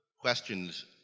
questions